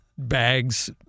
Bags